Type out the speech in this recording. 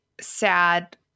sad